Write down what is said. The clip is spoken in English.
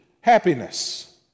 happiness